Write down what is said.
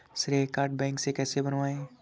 श्रेय card bank से कैसे बनवाएं?